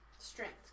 Strength